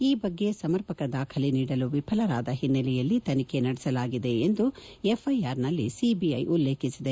ಈ ಬಗ್ಗೆ ಸಮರ್ಪಕ ದಾಖಲೆ ನೀಡಲು ವಿಫಲರಾದ ಹಿನ್ನಲೆಯಲ್ಲಿ ತನಿಖೆ ನಡೆಸಲಾಗಿದೆ ಎಂದು ಎಫ್ಐಆರ್ನಲ್ಲಿ ಸಿಬಿಐ ಉಲ್ಲೇಖಿಸಿದೆ